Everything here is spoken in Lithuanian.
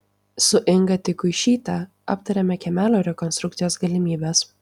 su inga tikuišyte aptarėme kiemelio rekonstrukcijos galimybes